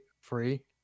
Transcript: free